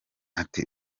ati